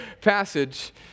passage